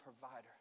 provider